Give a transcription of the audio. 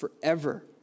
forever